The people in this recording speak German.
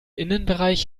innenbereich